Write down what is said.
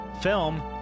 film